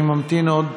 אני ממתין עוד